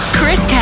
Chris